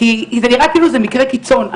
זה נראה כאילו זה מקרה קיצון.